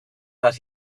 that